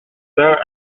bains